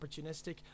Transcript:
opportunistic